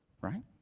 right